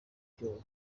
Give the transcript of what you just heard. ibyobo